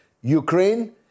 Ukraine